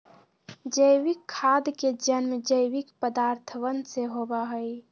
जैविक खाद के जन्म जैविक पदार्थवन से होबा हई